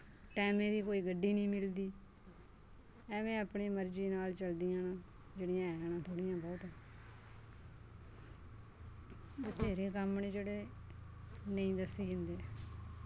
टैमे दी कोई गड्डी निं मिलदी ऐवें अपनी मर्जी नाल चलदियां न जेह्ड़ियां हैन थोह्ड़ियां बौह्त बथेरे कम्म न जेह्ड़े नेईं दस्से जंदे न